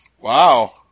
Wow